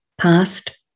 past